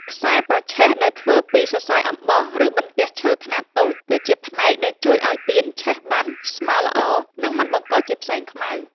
ខ្សែប្រឆេះ ដែលធ្វើពីសរសៃអំបោះ ឬបន្ទះឈើខ្នាតតូច គឺជាផ្នែកដែលជួយឱ្យទៀនឆេះបានស្មើល្អ និងមិនបង្កជាផ្សែងខ្មៅ។